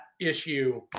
issue